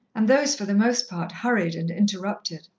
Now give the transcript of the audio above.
and those for the most part hurried and interrupted.